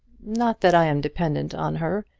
not that i am dependent on her.